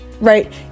right